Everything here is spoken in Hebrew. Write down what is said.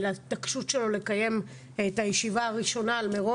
על ההתעקשות שלו לקיים את הישיבה הראשונה על מירון,